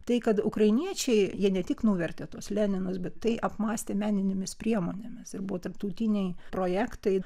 tai kad ukrainiečiai jie ne tik nuvertė tuos leninus bet tai apmąstė meninėmis priemonėmis ir buvo tarptautiniai projektai